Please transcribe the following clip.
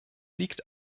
liegt